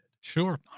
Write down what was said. Sure